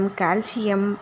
calcium